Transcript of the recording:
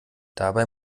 dabei